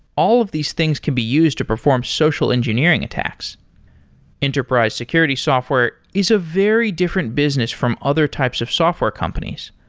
all of these things can be used to perform social engineering attacks enterprise security software is a very different business from other types of software companies.